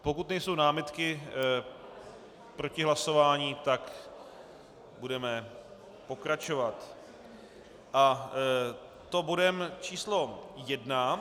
Pokud nejsou námitky proti hlasování, tak budeme pokračovat, a to bodem číslo 1.